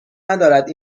ندارد